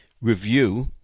review